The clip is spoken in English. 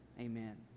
Amen